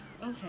okay